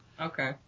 Okay